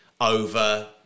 over